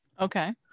okay